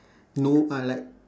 no I like